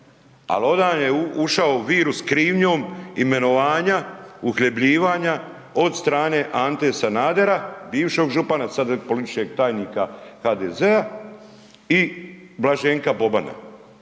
al onda je ušao virus krivnjom imenovanja, uhljebljivana od strane Ante Sanadera bivšeg župana sad …/nerazumljivo/… tajnika HDZ-a i Blaženka Bobana